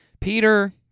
Peter